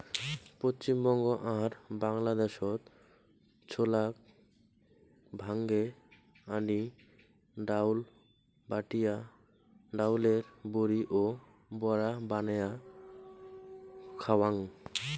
পশ্চিমবঙ্গ আর বাংলাদ্যাশত ছোলাক ভাঙে আনি ডাইল, বাটিয়া ডাইলের বড়ি ও বড়া বানেয়া খাওয়াং